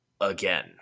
again